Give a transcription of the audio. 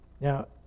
Now